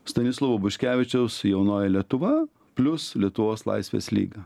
stanislovo buškevičiaus jaunoji lietuva plius lietuvos laisvės lyga